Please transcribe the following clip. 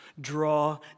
draw